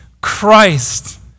Christ